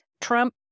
Trump